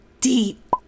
deep